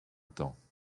temps